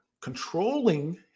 controlling